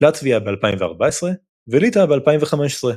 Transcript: לטביה ב-2014 וליטא ב-2015.